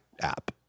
app